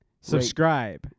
Subscribe